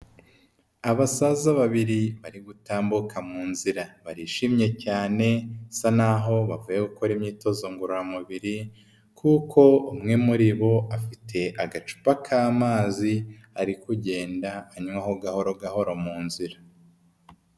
Abasaza babiri bari gutambuka mu nzira, barishimye cyane bisa naho bavuye gukora imyitozo ngororamubiri kuko umwe muri bo afite agacupa ka mazi ari kugenda anywaho gahoro gahoro mu nzira.